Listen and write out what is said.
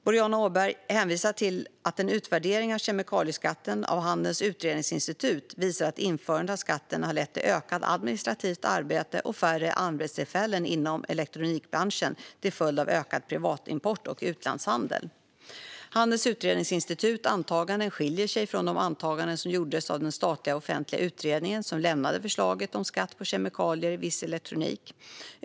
Boriana Åberg hänvisar till att en utvärdering av kemikalieskatten, gjord av Handelns Utredningsinstitut, visar att införandet av skatten har lett till ökat administrativt arbete och färre arbetstillfällen inom elektronikbranschen till följd av ökad privatimport och utlandshandel. Handelns Utredningsinstituts antaganden skiljer sig från de antaganden som gjordes av den statliga offentliga utredning som lämnade förslaget om skatt på kemikalier i viss elektronik.